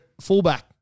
fullback